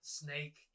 snake